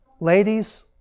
Ladies